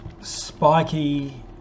spiky